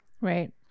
Right